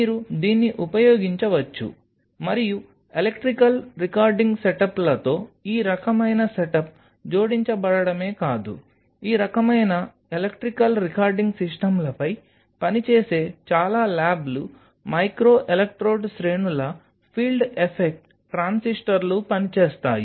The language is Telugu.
మీరు దీన్ని ఉపయోగించవచ్చు మరియు ఎలక్ట్రికల్ రికార్డింగ్ సెటప్లతో ఈ రకమైన సెటప్ జోడించబడడమే కాదు ఈ రకమైన ఎలక్ట్రికల్ రికార్డింగ్ సిస్టమ్లపై పనిచేసే చాలా ల్యాబ్లు మైక్రోఎలక్ట్రోడ్ శ్రేణుల ఫీల్డ్ ఎఫెక్ట్ ట్రాన్సిస్టర్లు పని చేస్తాయి